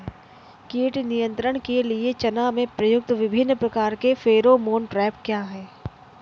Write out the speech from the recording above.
कीट नियंत्रण के लिए चना में प्रयुक्त विभिन्न प्रकार के फेरोमोन ट्रैप क्या है?